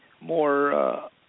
more